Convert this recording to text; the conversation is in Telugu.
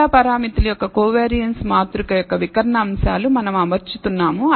β పారామితుల యొక్క కోవియారిన్స్ మాతృక యొక్క వికర్ణ అంశాలు మనం అమర్చుతున్నాము